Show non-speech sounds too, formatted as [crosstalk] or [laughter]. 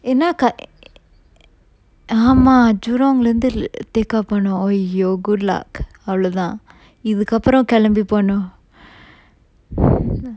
என்னா கா~:enna ka~ [noise] ஆமா:aama jurong lah இருந்து:irunthu take off பண்ணும்:pannum !aiyo! good luck அவ்வளவு தான் இதுக்கப்புறம் கெளம்பி போணும்:avvalavu than ithukkappuram kelambi ponum [breath]